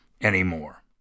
anymore